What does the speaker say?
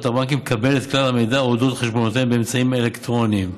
הבנקים לקבל את כלל המידע על חשבונותיהם באמצעים אלקטרוניים,